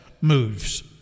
moves